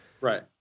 Right